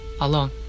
alone